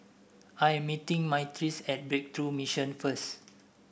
I am meeting Myrtice at Breakthrough Mission first